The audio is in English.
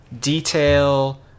Detail